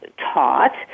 taught